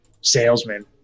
salesman